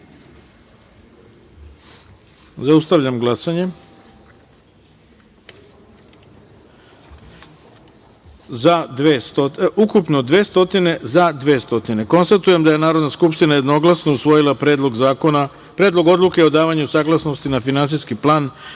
taster. Zaustavljam glasanje: ukupno 200, za – 200.Konstatujem da je Narodna skupština jednoglasno usvojila Predlog odluke o davanju saglasnosti na finansijski plan